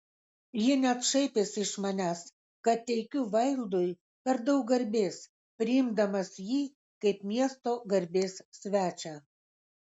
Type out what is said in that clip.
ji net šaipėsi iš manęs kad teikiu vaildui per daug garbės priimdamas jį kaip miesto garbės svečią